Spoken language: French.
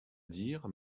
dire